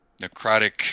necrotic